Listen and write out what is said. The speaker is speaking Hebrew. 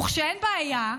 וכשאין בעיה,